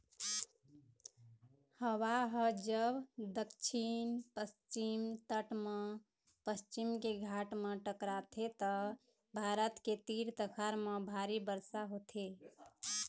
हवा ह जब दक्छिन पस्चिम तट म पश्चिम के घाट म टकराथे त भारत के तीर तखार म भारी बरसा होथे